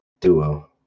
duo